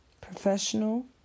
professional